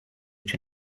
each